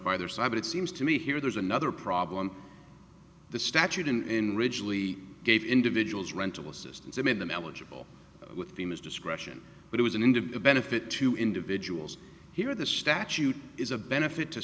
by their side but it seems to me here there's another problem the statute in ridgely gave individuals rental assistance that made them eligible with themas discretion but it was an independent fit to individuals here the statute is a benefit to